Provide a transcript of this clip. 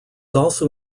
also